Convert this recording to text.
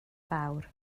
fawr